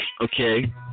Okay